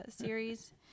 series